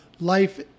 life